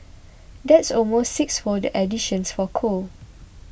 that's almost sixfold the additions for coal